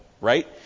right